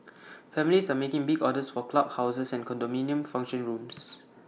families are making big orders for club houses and condominium function rooms